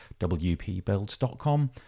wpbuilds.com